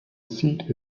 seat